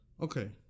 Okay